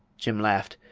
jim laughed.